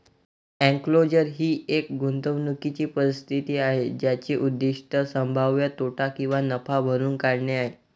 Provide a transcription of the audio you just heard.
enclosure ही एक गुंतवणूकीची परिस्थिती आहे ज्याचे उद्दीष्ट संभाव्य तोटा किंवा नफा भरून काढणे आहे